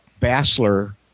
Bassler